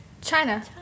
China